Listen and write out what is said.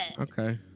okay